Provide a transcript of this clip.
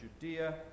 Judea